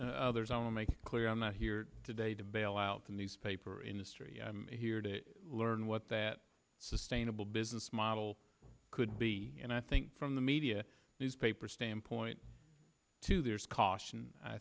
others i'll make clear i'm not here today to bail out the newspaper industry here to learn what that sustainable business model could be and i think from the media newspaper standpoint too there's caution i